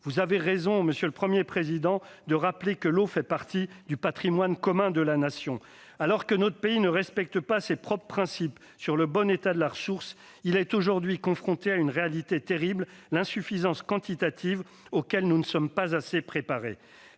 Vous avez raison, monsieur le Premier président, de rappeler que l'eau fait partie du patrimoine commun de la Nation. Alors que notre pays ne respecte pas ses propres principes sur le bon état de la ressource, il est aujourd'hui confronté à une réalité terrible : l'insuffisance quantitative, à laquelle nous ne sommes pas assez préparés.